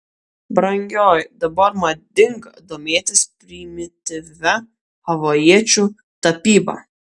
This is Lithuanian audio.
brangioji dabar madinga domėtis primityvia havajiečių tapyba